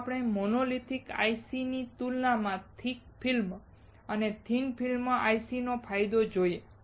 ચાલો આપણે મોનોલિથિક ICની તુલનામાં થીક ફિલ્મ અને થિન ફ્રેમ ICનો ફાયદો જોઈએ